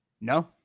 No